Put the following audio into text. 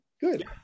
good